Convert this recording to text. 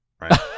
right